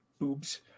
boobs